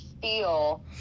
feel